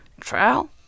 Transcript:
Trial